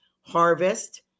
harvest